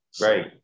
Right